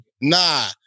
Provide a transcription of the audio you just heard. nah